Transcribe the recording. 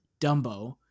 Dumbo